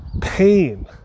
pain